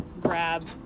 grab